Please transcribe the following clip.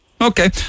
Okay